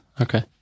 Okay